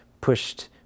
pushed